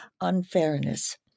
unfairness